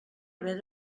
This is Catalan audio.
haver